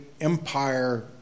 empire